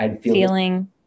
feeling